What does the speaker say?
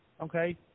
okay